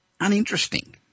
uninteresting